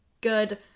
good